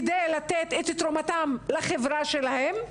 כדי לתת את תרומתן לחברה שלהן,